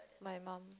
my mom